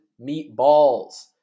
meatballs